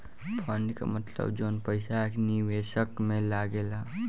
fund के मतलब जवन पईसा एक निवेशक में लागेला